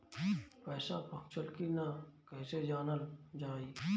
पैसा पहुचल की न कैसे जानल जाइ?